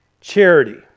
charity